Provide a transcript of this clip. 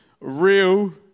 real